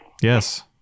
Yes